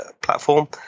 platform